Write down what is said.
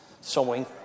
sowing